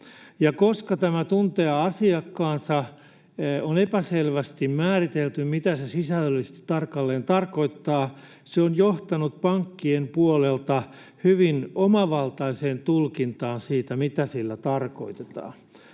osoitettu. Koska on epäselvästi määritelty, mitä ”tuntea asiakkaansa” sisällöllisesti tarkalleen tarkoittaa, se on johtanut pankkien puolelta hyvin omavaltaiseen tulkintaan siitä, mitä sillä tarkoitetaan.